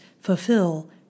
fulfill